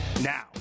Now